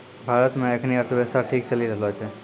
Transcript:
भारत मे एखनी अर्थव्यवस्था ठीक चली रहलो छै